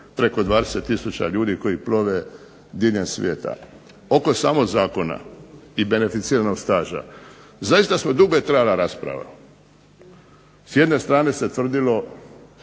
preko 20000 ljudi koji plove diljem svijeta. Oko samog zakona i beneficiranog staža. Zaista smo, dugo je trajala rasprava. S jedne strane se tvrdilo